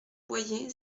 boyer